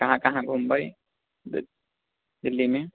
कहाँ कहाँ घुमबै दिल्लीमे